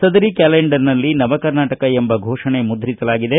ಸದರಿ ಕ್ಕಾಲೆಂಡರ್ನಲ್ಲಿ ನವ ಕರ್ನಾಟಕ ಎಂಬ ಘೋಷಣೆ ಮುದ್ರಿಸಲಾಗಿದೆ